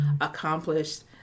accomplished